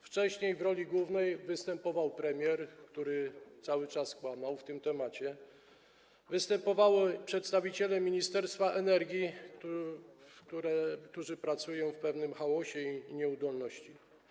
Wcześniej w roli głównej występował premier, który cały czas kłamał w tym temacie, występowali przedstawiciele Ministerstwa Energii, którzy pracują w pewnym chaosie, są nieudolni.